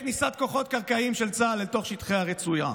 כניסת כוחות קרקעיים של צה"ל לתוך שטחי הרצועה.